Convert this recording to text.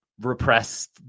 repressed